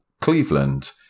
Cleveland